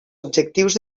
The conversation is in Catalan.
objectius